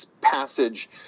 passage